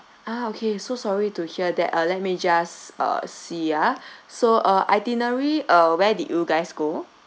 ah okay so sorry to hear that uh let me just uh see ah so uh itinerary uh where did you guys go